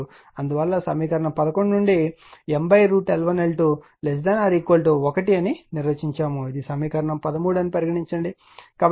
అందువల్ల సమీకరణం 11 నుండి ML1L21 అని నిర్వచించాము ఇది సమీకరణం 13 అని పరిగణించండి